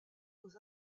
aux